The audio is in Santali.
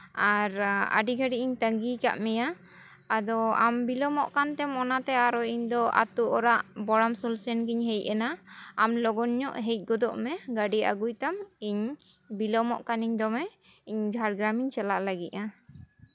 ᱟᱨ ᱟᱹᱰᱤ ᱜᱷᱟᱹᱲᱤᱡ ᱤᱧ ᱛᱟᱺᱜᱤ ᱠᱟᱜ ᱢᱮᱭᱟ ᱟᱫᱚ ᱟᱢ ᱵᱤᱞᱚᱢᱚᱜ ᱠᱟᱱᱛᱮᱢ ᱚᱱᱟᱛᱮ ᱤᱧ ᱫᱚ ᱟᱹᱛᱩ ᱚᱲᱟᱜ ᱵᱚᱲᱟᱢᱥᱳᱞ ᱥᱮᱱᱜᱤᱧ ᱦᱮᱡ ᱮᱱᱟ ᱟᱢ ᱞᱚᱜᱚᱱ ᱧᱚᱜ ᱦᱮᱡ ᱜᱚᱫᱚᱜ ᱢᱮ ᱜᱟᱹᱰᱤ ᱟᱹᱜᱩᱭᱛᱟᱢ ᱤᱧ ᱵᱤᱞᱚᱢᱚᱜ ᱠᱟᱹᱱᱟᱹᱧ ᱫᱚᱢᱮ ᱤᱧ ᱡᱷᱟᱲᱜᱨᱟᱢᱤᱧ ᱪᱟᱞᱟᱜ ᱞᱟᱹᱜᱤᱫᱼᱟ